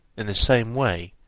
in the same way,